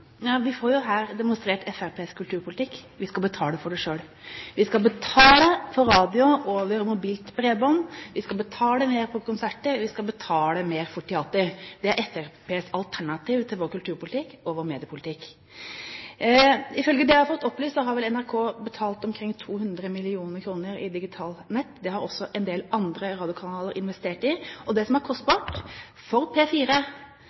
Vi får jo her demonstrert Fremskrittspartiets kulturpolitikk: Vi skal betale for det selv. Vi skal betale for radio over mobilt bredbånd, vi skal betale mer på konserter, vi skal betale mer for teater. Det er Fremskrittspartiets alternativ til vår kulturpolitikk og vår mediepolitikk. Ifølge det jeg har fått opplyst, har vel NRK betalt omkring 200 mill. kr i digitalnett. Det har også en del andre radiokanaler investert i. Det som er kostbart for